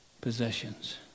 possessions